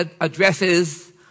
addresses